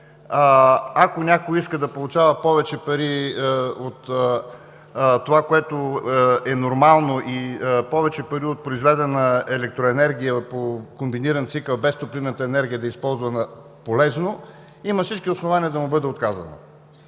ако някой иска да получава повече пари от това, което е нормално, и повече пари от произведена електроенергия по комбиниран цикъл без топлинната енергия да е използвана полезно, има всички основания да му бъде отказано.